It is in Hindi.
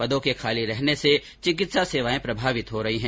पदों के खाली रहने से चिकित्सा सेवाएं प्रभावित हो रही हैं